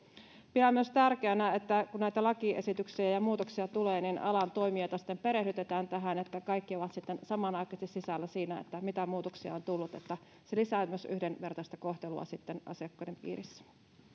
pidän myös tärkeänä että kun näitä lakiesityksiä ja ja muutoksia tulee niin alan toimijoita sitten perehdytetään tähän niin että kaikki ovat sitten samanaikaisesti sisällä siinä mitä muutoksia on tullut se myös lisää yhdenvertaista kohtelua sitten asiakkaiden piirissä